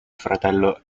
fratello